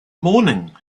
morning